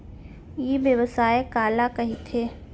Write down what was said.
ई व्यवसाय काला कहिथे?